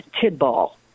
Tidball